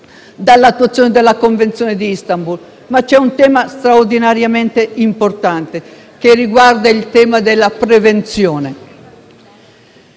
dall'attuazione della Convenzione di Istanbul. C'è poi un tema straordinariamente importante, quello della prevenzione.